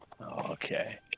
Okay